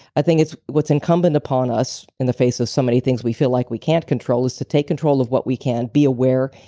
i think what's incumbent upon us, in the face of so many things we feel like we can't control, is to take control of what we can. be aware,